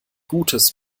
gutes